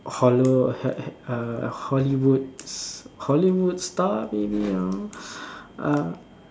hollo~ err hollywood s~ hollywood star maybe uh